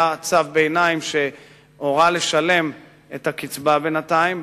היה צו ביניים שהורה לשלם את הקצבה בינתיים.